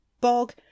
bog